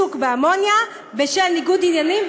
לעיסוק באמוניה בשל ניגוד עניינים,